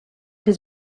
has